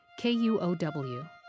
KUOW